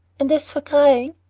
and as for crying,